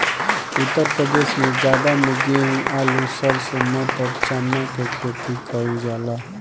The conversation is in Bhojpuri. उत्तर प्रदेश में जाड़ा में गेंहू, आलू, सरसों, मटर, चना के खेती कईल जाला